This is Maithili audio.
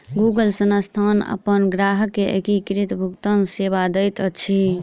गूगल संस्थान अपन ग्राहक के एकीकृत भुगतान सेवा दैत अछि